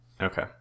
Okay